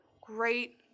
great